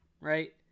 Right